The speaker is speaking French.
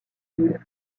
bulles